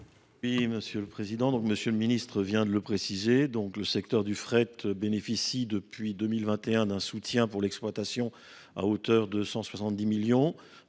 à M. Jacques Fernique. Comme M. le ministre vient de le préciser, le secteur du fret bénéficie depuis 2021 d’un soutien pour l’exploitation à hauteur de 170 millions